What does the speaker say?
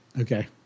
Okay